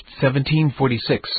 1746